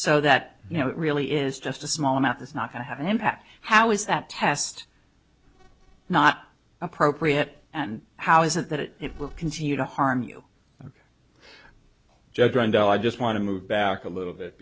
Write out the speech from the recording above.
so that you know it really is just a small amount that's not going to have an impact how is that test not appropriate and how is it that it will continue to harm you ok job randall i just want to move back a little bit